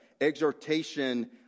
exhortation